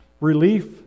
Relief